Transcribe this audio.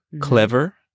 clever